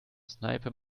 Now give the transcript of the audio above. sniper